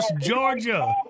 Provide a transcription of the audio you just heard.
Georgia